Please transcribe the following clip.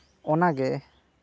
ᱚᱱᱟᱜᱮ